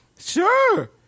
Sure